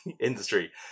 industry